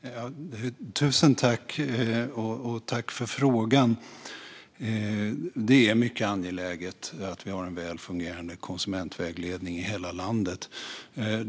Fru talman! Jag tackar för frågan. Det är mycket angeläget att vi har en väl fungerande konsumentvägledning i hela landet.